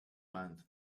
month